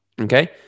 okay